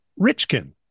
Richkin